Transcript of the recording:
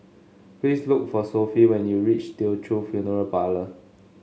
please look for Sophie when you reach Teochew Funeral Parlour